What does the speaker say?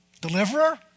deliverer